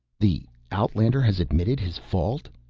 the outlander has admitted his fault?